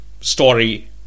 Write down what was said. story